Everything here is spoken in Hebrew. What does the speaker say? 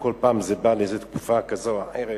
כל פעם זה בא לתקופה כזאת או אחרת.